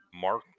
Mark